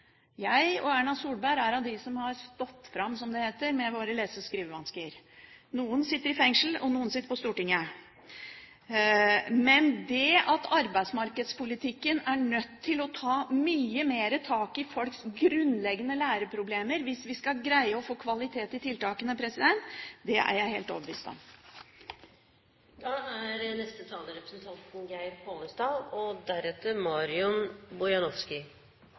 Erna Solberg og jeg er av dem som har stått fram, som det heter, med våre lese- og skrivevansker. Noen sitter i fengsel, og noen sitter på Stortinget. Men at arbeidsmarkedspolitikken er nødt til å ta mye mer tak i folks grunnleggende læreproblemer hvis vi skal greie å få kvalitet i tiltakene, er jeg helt overbevist om. Det er